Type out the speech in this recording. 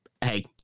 hey –